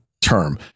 term